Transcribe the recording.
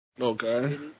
Okay